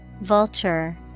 Vulture